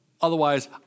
Otherwise